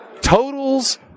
Totals